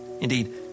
Indeed